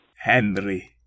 Henry